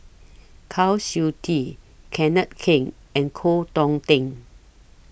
Kwa Siew Tee Kenneth Keng and Koh Hong Teng